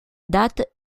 date